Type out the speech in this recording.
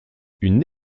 une